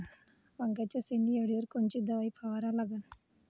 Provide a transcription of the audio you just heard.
वांग्याच्या शेंडी अळीवर कोनची दवाई फवारा लागन?